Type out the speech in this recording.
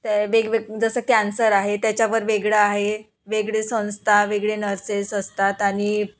त्या वेगवेगळे जसं कॅन्सर आहे त्याच्यावर वेगळं आहे वेगळे संस्था वेगळे नर्सेस असतात आणि